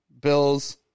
Bills